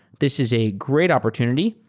this is a great opportunity.